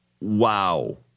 Wow